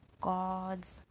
God's